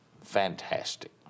fantastic